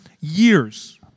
years